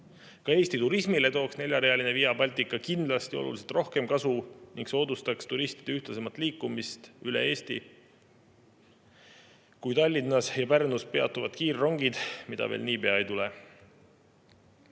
Ka Eesti turismile tooks neljarealine Via Baltica kindlasti oluliselt rohkem kasu ning soodustaks turistide ühtlasemat liikumist üle Eesti kui Tallinnas ja Pärnus peatuvad kiirrongid, mida veel niipea ei